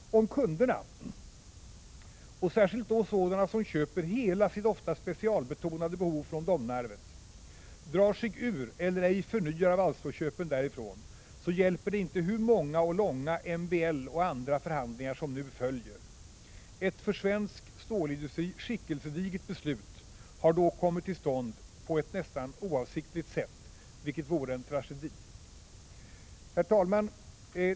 Om kunderna — särskilt då sådana som köper hela sitt ofta specialbetonade behov från Domnarvet — drar sig ur eller ej förnyar valstrådsköpen därifrån, hjälper det inte hur många och långa MBL förhandlingar och andra förhandlingar som följer. Ett för svensk stålindustri skickelsedigert beslut har då kommit till stånd på ett nästan oavsiktligt sätt, vilket vore en tragedi. Herr talman!